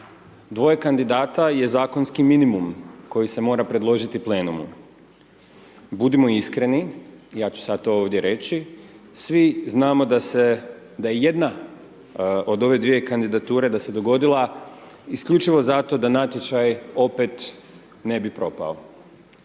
2 kandidata je zakonski minimum koji se mora predložiti plenumu, budimo iskreni ja ću sad to ovdje reći, svi znamo da se, da je jedna od ove dvije kandidature da se dogodila isključivo zato da natječaj opet ne bi propao.